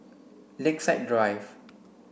Lakeside Drive